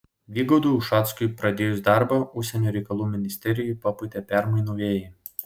vygaudui ušackui pradėjus darbą užsienio reikalų ministerijoje papūtė permainų vėjai